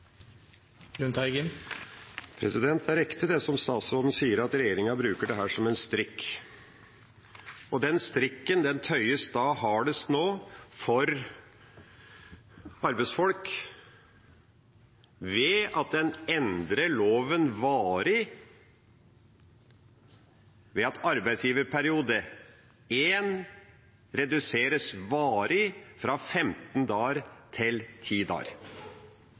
riktig det som statsråden sier, at regjeringa bruker dette som en strikk, og den strikken tøyes hardest nå for arbeidsfolk ved at en endrer loven slik at arbeidsgiverperiode I reduseres varig fra 15 dager til 10 dager.